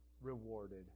rewarded